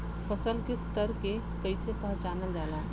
फसल के स्तर के कइसी पहचानल जाला